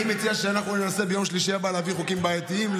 אני מציע שאנחנו ננסה ביום שלישי הבא להביא חוקים בעייתיים,